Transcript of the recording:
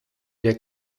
der